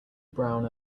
brown